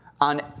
on